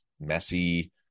messy